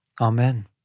amen